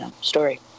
story